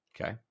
okay